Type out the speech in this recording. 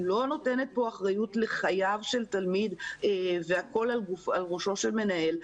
אני לא נותנת פה אחריות לחייו של תלמיד והכול על ראשו של מנהל,